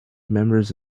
members